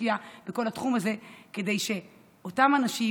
תשקיע בכל התחום הזה כדי שניתן לאותם אנשים,